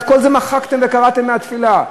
את כל זה מחקתם וקרעתם מהתפילה.